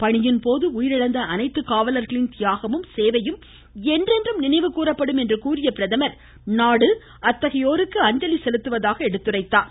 பணியின் போது உயிரிழந்த அனைத்து காவலர்களின் தியாகமும் சேவையும் என்றென்றும் நினைவு கூறப்படும் என்று கூறிய பிரதமர் நாடு அத்தகையோருக்கு அஞ்சலி செலுத்துவதாக எடுத்துரைத்தார்